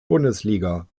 bundesliga